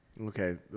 Okay